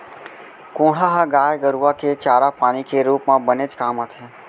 कोंढ़ा ह गाय गरूआ के चारा पानी के रूप म बनेच काम आथे